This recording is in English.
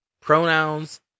Pronouns